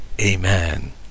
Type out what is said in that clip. Amen